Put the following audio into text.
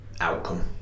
outcome